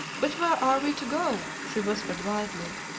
but where are we to go? she whispered wildly.